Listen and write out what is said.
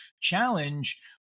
challenge